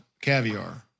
caviar